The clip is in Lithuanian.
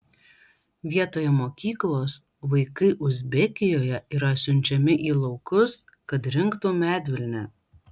vietoje mokyklos vaikai uzbekijoje yra siunčiami į laukus kad rinktų medvilnę